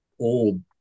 old